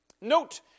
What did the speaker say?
Note